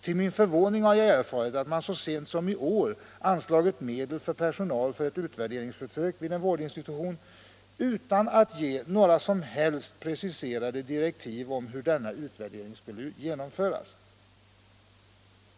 Till min förvåning har jag erfarit att man så sent som i år har anslagit medel för personal för ett utvärderingsförsök vid en vårdinstitution, utan att ge några som helst preciserade direktiv om hur denna utvärdering skulle genomföras.